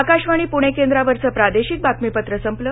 आकाशवाणी पुणे केंद्रावरचं प्रादेशिक बातमीपत्र संपलं